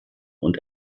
und